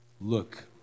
Look